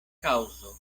kaŭzo